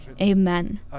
Amen